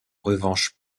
revanche